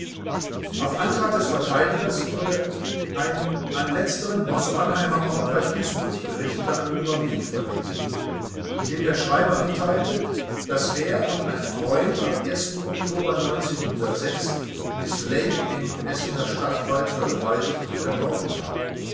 auf antrag des verteidigers wurde ein an letzteren aus wanheimerort bei duisburg gerichteter anonymer brief verlesen in dem der schreiber mitteilte daß er und ein freund am oktober miß lake im essener stadtwald vergewaltigt und ermordet haben